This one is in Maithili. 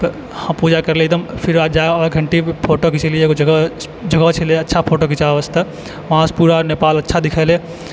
तऽ वहाँ पूजा करलियै एकदम जाकऽ फोटो घिचेलियै एक जगह जगह छलै अच्छा फोटो खिचाबै वास्ते वहाँ सँ पूरा नेपाल एकदम अच्छा दिखै लै